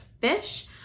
fish